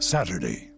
Saturday